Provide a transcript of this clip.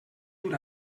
dur